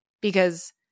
because-